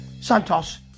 Santos